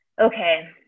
Okay